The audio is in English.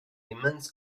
immense